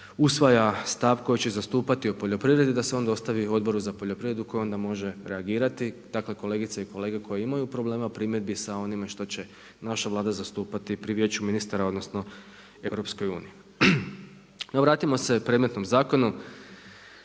usvaja stav koji će zastupati o poljoprivredi da se onda ostavi Odboru za poljoprivredu koji onda može reagirati. Dakle, kolegice i kolege koje imaju problema u primjedbi sa onime što će naša Vlada zastupati pri Vijeću ministara odnosno EU. No, vratimo se predmetnom zakonu.